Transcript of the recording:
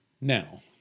now